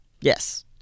yes